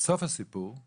סוף הסיפור הוא